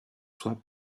soit